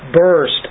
Burst